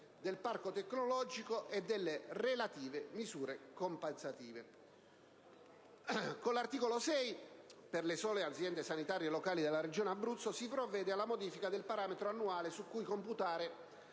del parco tecnologico e delle relative misure compensative. Con l'articolo 6, per le sole aziende sanitarie locali della Regione Abruzzo, si provvede alla modifica del parametro annuale su cui computare